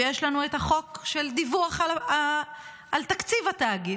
ויש לנו את החוק של דיווח על תקציב התאגיד.